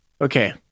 Okay